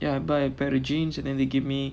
ya I buy a pair of jeans and then they give me